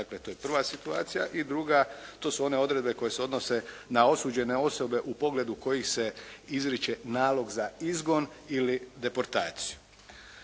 dakle to je prva situacija. I druga, to su one odredbe koje se odnose na osuđene osobe u pogledu kojih se izriče nalog za izgon ili deportaciju.